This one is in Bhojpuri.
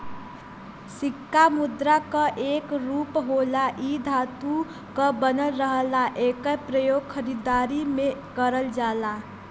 सिक्का मुद्रा क एक रूप होला इ धातु क बनल रहला एकर प्रयोग खरीदारी में करल जाला